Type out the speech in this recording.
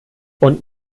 und